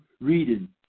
reading